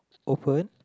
open